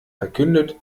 verkündet